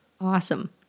Awesome